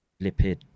lipid